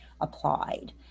applied